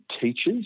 teachers